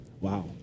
wow